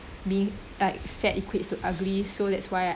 being uh fat equates to ugly so that's why I